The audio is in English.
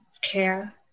care